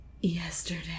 yesterday